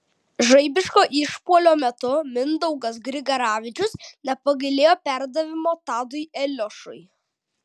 žaibiško išpuolio metu mindaugas grigaravičius nepagailėjo perdavimo tadui eliošiui